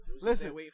Listen